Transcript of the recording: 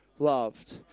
loved